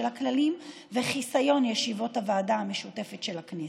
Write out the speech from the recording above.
הכללים וחיסיון של ישיבות הוועדה המשותפת של הכנסת.